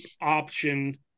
option